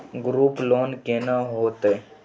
Group loan केना होतै?